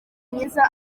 mwiza